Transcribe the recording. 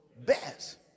best